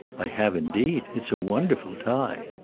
i have indeed. it's a wonderful tie.